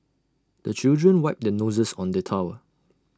the children wipe their noses on the towel